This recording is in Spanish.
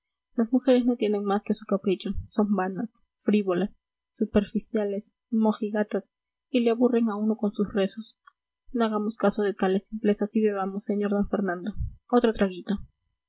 las mujeres no atienden más que a su capricho son vanas frívolas superficiales mojigatas y le aburren a uno con sus rezos no hagamos caso de tales simplezas y bebamos sr d fernando otro traguito